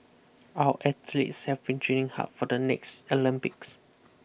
our athletes have been training hard for the next Olympics